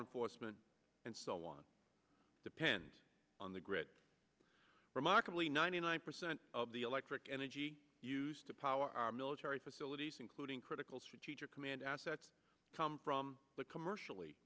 enforcement and so on depends on the grid remarkably ninety nine percent of the electric energy used to power our military facilities including critical strategic command assets come from the commercially